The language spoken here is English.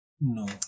no